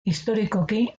historikoki